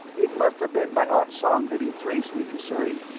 it must have been by ah tsong that he traced me to surrey.